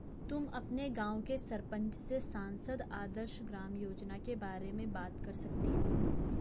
तुम अपने गाँव के सरपंच से सांसद आदर्श ग्राम योजना के बारे में बात कर सकती हो